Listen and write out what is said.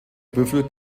büffel